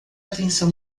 atenção